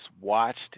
watched